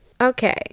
Okay